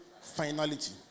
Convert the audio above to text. finality